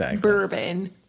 bourbon